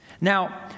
Now